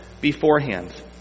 beforehand